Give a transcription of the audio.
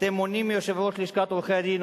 אתם מונעים מיושב-ראש לשכת עורכי-הדין,